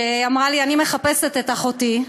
שאמרה לי: אני מחפשת את אחותי,